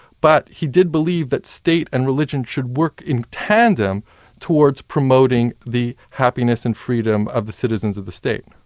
but he did believe that state and religion should work in tandem towards promoting the happiness and freedom of the citizens of the state.